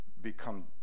become